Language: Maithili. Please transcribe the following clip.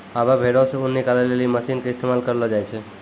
आबै भेड़ो से ऊन निकालै लेली मशीन के इस्तेमाल करलो जाय छै